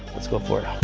let's go for it.